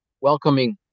welcoming